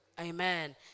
Amen